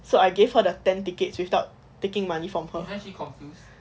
so I gave her the ten tickets without taking money from her